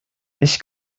ich